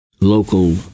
local